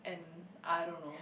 and I don't know